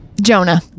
Jonah